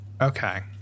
Okay